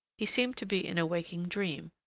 he seemed to be in a waking dream,